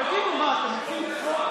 תגידו, מה, אתם עושים צחוק?